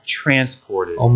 transported